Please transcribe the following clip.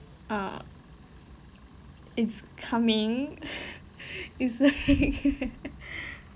oh it's coming it's like